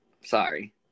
sorry